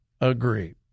agree